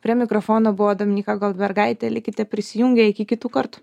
prie mikrofono buvo dominykai goldbergaitei likite prisijungę iki kitų kartų